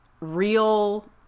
real